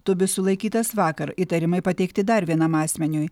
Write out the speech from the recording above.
tubis sulaikytas vakar įtarimai pateikti dar vienam asmeniui